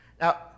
Now